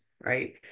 right